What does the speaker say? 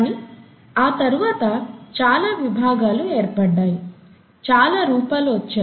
కానీ ఆ తరువాత చాలా విభాగాలు ఏర్పడ్డాయి చాలా రూపాలు వచ్చాయి